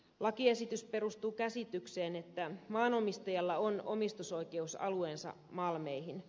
lakiesitys perustuu käsitykseen että maanomistajalla on omistusoikeus alueensa malmeihin